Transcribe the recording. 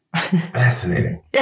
fascinating